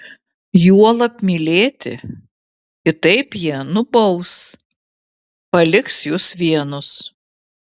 juolab mylėti kitaip jie nubaus paliks jus vienus